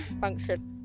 function